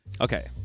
Okay